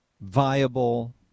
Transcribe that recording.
viable